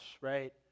right